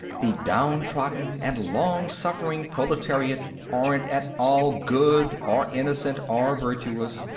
the downtrodden and long-suffering proletariat aren't at all good or innocent or virtuous.